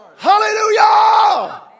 Hallelujah